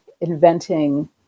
inventing